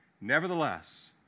Nevertheless